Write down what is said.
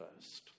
first